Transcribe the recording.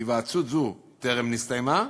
היוועצות זו טרם נסתיימה,